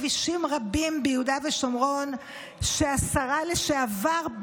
כבישים רבים ביהודה ושומרון שהשרה לשעבר,